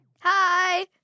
Hi